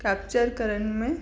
capture करण में